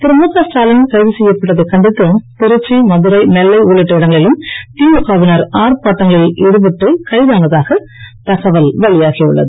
திரு முக ஸ்டாலின் கைது செய்யப்பட்டதைக் கண்டித்து திருச்சி மதுரை நெல்லை உள்ளிட்ட இடங்களிலும் திமுக வினர் ஆர்ப்பாட்டங்களில் ஈடுபட்டு கைதானதாகவும் தகவல் வெளியாகி உள்ளது